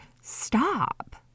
stop